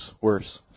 worse